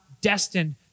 destined